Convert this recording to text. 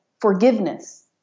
forgiveness